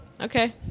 Okay